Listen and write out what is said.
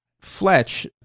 Fletch